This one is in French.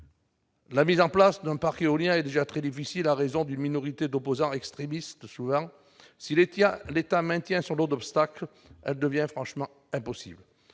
La mise en place d'un parc éolien est déjà très difficile en raison souvent d'une minorité d'opposants extrémistes, mais, si l'État maintient son lot d'obstacles, elle devient franchement impossible.